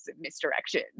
misdirection